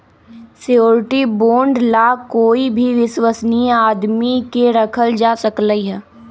surety bond ला कोई भी विश्वस्नीय आदमी के रखल जा सकलई ह